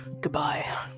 Goodbye